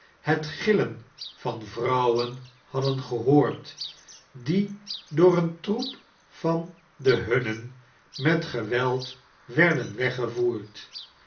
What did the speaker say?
het gillen van vrouwen hadden gehoord die door een troep van de hunnen met geweld werden weggevoerd